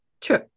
True